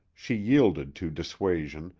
she yielded to dissuasion,